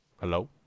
hello